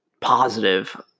positive